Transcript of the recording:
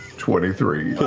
twenty three.